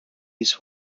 his